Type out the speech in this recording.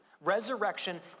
Resurrection